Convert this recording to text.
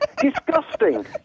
Disgusting